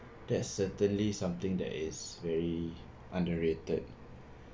that's certainly something that is very underrated